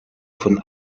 von